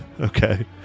Okay